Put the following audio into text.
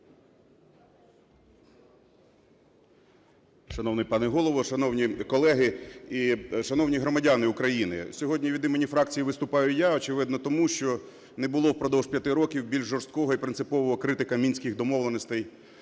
Шановний пане Голово, шановні колеги і шановні громадяни України! Сьогодні від імені фракції виступаю я, очевидно, тому що не було впродовж 5 років більш жорсткого і принципового критика мінських домовленостей